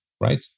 Right